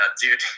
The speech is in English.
dude